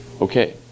Okay